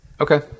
Okay